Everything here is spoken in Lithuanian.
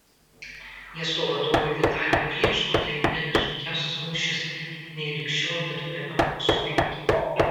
miesto vadovui vitalijui klyčko tai bene sunkiausias mūšis nei lig šiol bet kuriame bokso ringe